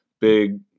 big